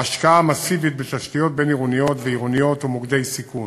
ההשקעה המסיבית בתשתיות בין-עירוניות ועירוניות ובמוקדי סיכון,